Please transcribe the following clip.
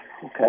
Okay